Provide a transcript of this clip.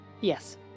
Yes